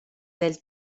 del